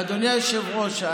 אדוני היושב-ראש,